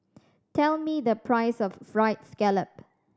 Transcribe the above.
tell me the price of Fried Scallop